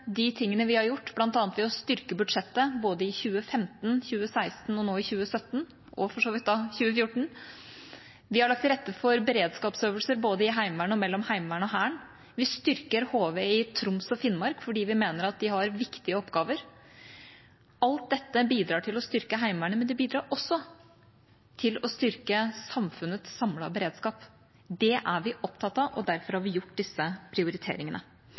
de tingene vi har gjort, bl.a. ved å styrke budsjettet, både i 2015, i 2016 og nå, i 2017, og for så vidt i 2014, ved å legge til rette for beredskapsøvelser, både i Heimevernet og mellom Heimevernet og Hæren, ved å styrke HV i Troms og Finnmark fordi vi mener at de har viktige oppgaver – alt dette – bidrar til å styrke Heimevernet, men det bidrar også til å styrke samfunnets samlede beredskap. Det er vi opptatt av, og derfor har vi gjort disse prioriteringene.